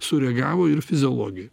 sureagavo ir fiziologija